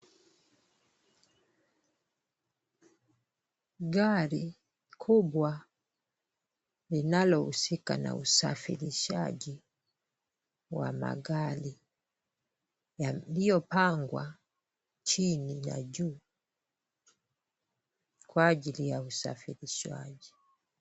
Gari kubwa linalohusika na usafirishaji wa magari yaliyopangwa chini na juu kwa ajili ya usafirishaji.